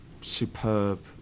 superb